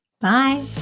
Bye